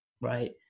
right